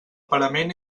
parament